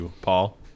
Paul